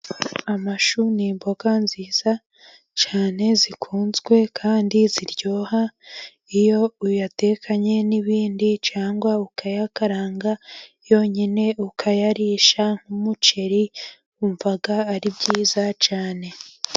Amashu ni imboga nziza cyane zikunzwe kandi ziryoha, iyo uyatekanye n'ibindi cyangwa ukayayakaranga yonyine ukayarisha nk'umuceri wumva ari byiza cyane.